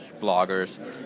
bloggers